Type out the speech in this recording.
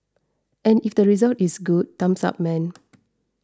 and if the result is good thumbs up man